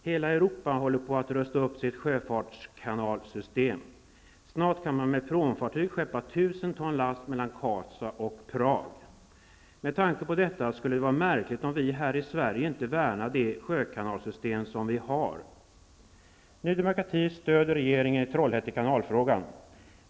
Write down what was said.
Hela Europa håller på att rusta upp sitt sjöfartskanalsystem. Snart kan man med pråmfartyg skeppa 1 000 ton last mellan Karlstad och Prag. Med tanke på detta skulle det vara märkligt om vi här i Sverige inte värnade det sjökanalssystem som vi har. Ny demokrati stöder regeringen i Trollhättekanalfrågan.